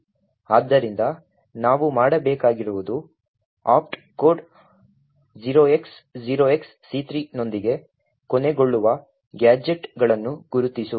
ಆದ್ದರಿಂದ ನಾವು ಮಾಡಬೇಕಾಗಿರುವುದು ಆಪ್ಟ್ ಕೋಡ್ 0x0XC3 ನೊಂದಿಗೆ ಕೊನೆಗೊಳ್ಳುವ ಗ್ಯಾಜೆಟ್ಗಳನ್ನು ಗುರುತಿಸುವುದು